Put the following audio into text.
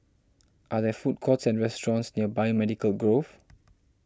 are there food courts and restaurants near Biomedical Grove